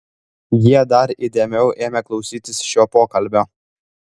jie dar įdėmiau ėmė klausytis šio pokalbio